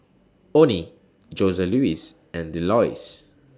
Onnie Joseluis and Delois